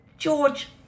George